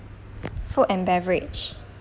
food and beverage